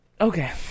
Okay